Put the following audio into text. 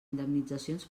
indemnitzacions